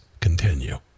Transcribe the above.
continue